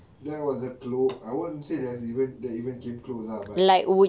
that was a clo~ I wouldn't say there's even that even came close ah but